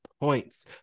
points